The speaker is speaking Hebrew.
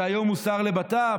שהיום הוא שר הבט"פ,